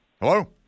Hello